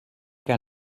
que